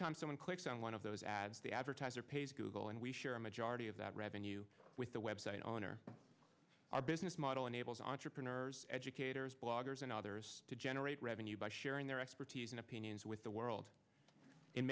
time someone clicks on one of those ads the advertiser pays google and we share a majority of that revenue with the website owner our business model enables entrepreneurs educators bloggers and others to generate revenue by sharing their expertise and opinions with the world in